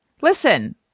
Listen